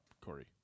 Corey